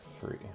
three